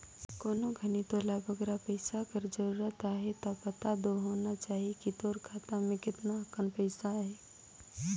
कोनो घनी तोला बगरा पइसा कर जरूरत अहे ता पता दो होना चाही कि तोर खाता में केतना अकन पइसा अहे